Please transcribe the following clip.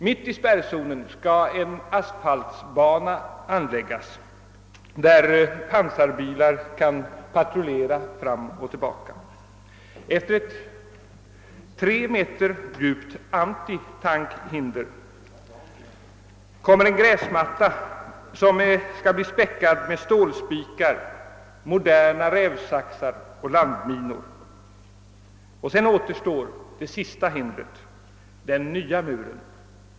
Mitt i spärrzonen skall en asfaligata anläggas, där pansarbilar skall patrullera fram och tillbaka. Efter ett tre meter djupt antitankhinder och en gräsmatta späckad med stålspikar, moderna rävsaxar och landminor återstår så det sista hindret: den nya muren.